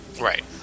right